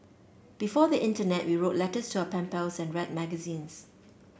before the internet we wrote letters to our pen pals and read magazines